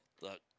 look